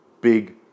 big